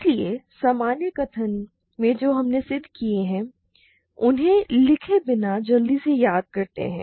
इसलिए सामान्य कथन जो हमने सिद्ध किए हैं उन्हें लिखे बिना जल्दी से याद करते हैं